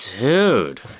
Dude